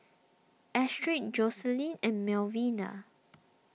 Astrid Jocelyne and Melvina